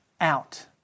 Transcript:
out